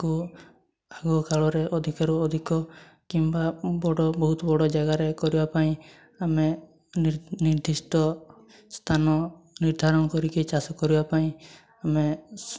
କୁ ଆଗକାଳରେ ଅଧିକରୁ ଅଧିକ କିମ୍ବା ବଡ଼ ବହୁତ ବଡ଼ ଜାଗାରେ କରିବା ପାଇଁ ଆମେ ନିର୍ଦ୍ଧିଷ୍ଟ ସ୍ଥାନ ନିର୍ଦ୍ଧାରଣ କରିକି ଚାଷ କରିବା ପାଇଁ ଆମେ